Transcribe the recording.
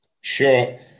Sure